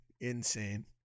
Insane